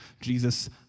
Jesus